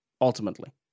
ultimately